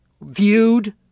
viewed